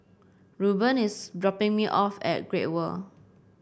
Rueben is dropping me off at Great World